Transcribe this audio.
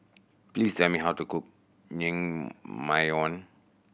please tell me how to cook Naengmyeon